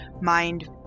mind